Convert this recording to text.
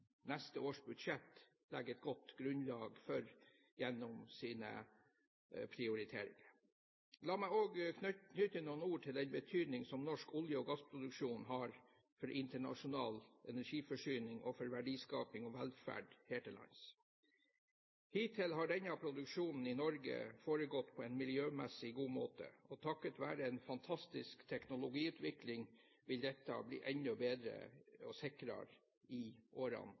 neste års budsjett legger et godt grunnlag for gjennom prioriteringene. La meg også knytte noen ord til den betydning som norsk olje- og gassproduksjon har for internasjonal energiforsyning og for verdiskaping og velferd her til lands. Hittil har denne produksjonen i Norge foregått på en miljømessig god måte. Takket være en fantastisk teknologiutvikling vil dette bli enda bedre og sikrere i årene